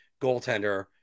goaltender